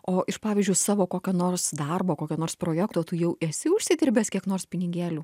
o iš pavyzdžiui savo kokio nors darbo kokio nors projekto tu jau esi užsidirbęs kiek nors pinigėlių